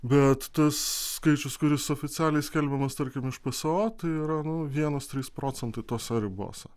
bet tas skaičius kuris oficialiai skelbiamas tarkim iš pso tai yra nu vienas trys procentai tose ribose